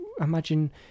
imagine